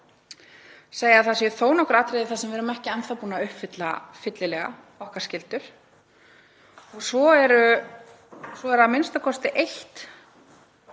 segja að það séu þó nokkur atriði þar sem við erum ekki enn þá búin að uppfylla fyllilega okkar skyldur. Svo eru hérna tvö atriði